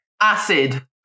Acid